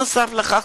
נוסף על כך,